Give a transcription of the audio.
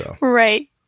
Right